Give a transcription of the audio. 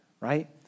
right